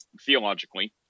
theologically